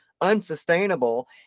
unsustainable